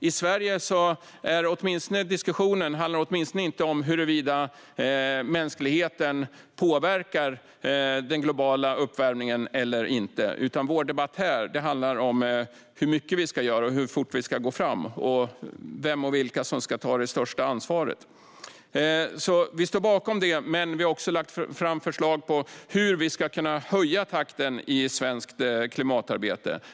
I Sverige handlar diskussionen åtminstone inte om huruvida mänskligheten påverkar den globala uppvärmningen eller inte. Vår debatt här handlar om hur mycket vi ska göra, hur fort vi ska gå fram och vem och vilka som ska ta det största ansvaret. Vi står bakom det. Men vi har också lagt fram förslag på hur vi ska kunna höja takten i svenskt klimatarbete.